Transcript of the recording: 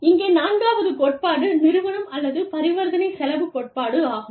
இங்கே நான்காவது கோட்பாடு நிறுவனம் அல்லது பரிவர்த்தனை செலவுக் கோட்பாடு ஆகும்